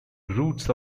roots